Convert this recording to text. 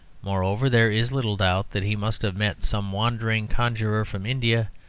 moreover, there is little doubt that he must have met some wandering conjurer from india,